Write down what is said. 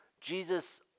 Jesus